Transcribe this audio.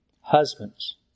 Husbands